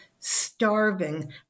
starving